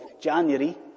January